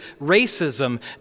racism